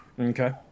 Okay